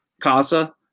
Casa